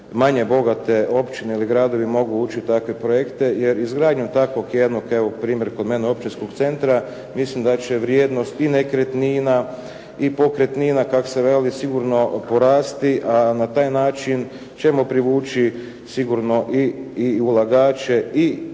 manje bogate općine ili gradovi mogu ući u takve projekte jer izgradnjom takvog jednog, evo primjer kod mene općinskog centra mislim da će vrijednost i nekretnina i pokretnina kak se veli sigurno porasti, a na taj način ćemo privući sigurno i ulagače i